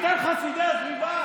אתם חסידי הסביבה?